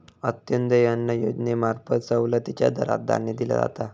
अंत्योदय अन्न योजनेंमार्फत सवलतीच्या दरात धान्य दिला जाता